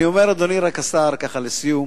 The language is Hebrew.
אדוני השר, אני רק אומר לסיום